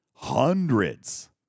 Hundreds